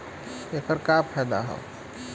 ऐकर का फायदा हव?